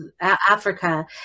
Africa